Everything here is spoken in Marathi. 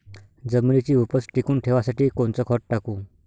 जमिनीची उपज टिकून ठेवासाठी कोनचं खत टाकू?